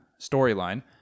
storyline